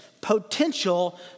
potential